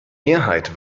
mehrheit